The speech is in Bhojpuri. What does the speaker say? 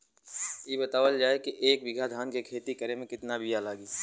इ बतावल जाए के एक बिघा धान के खेती करेमे कितना बिया लागि?